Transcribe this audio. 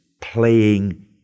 playing